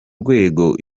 rwego